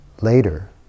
later